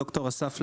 ד"ר אסף לוי,